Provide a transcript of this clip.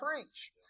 preach